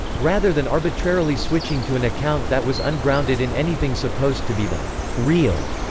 rather than arbitrarily switching to an account that was ungrounded in anything supposed to be the real,